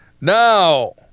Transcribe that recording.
Now